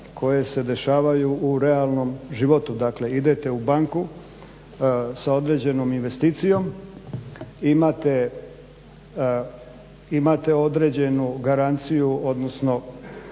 koje se dešavaju u realnom životu. Dakle, idete u banku sa određenom investicijom, imate određenu garanciju, odnosno